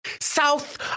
south